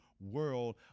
world